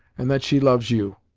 and that she loves you.